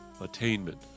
attainment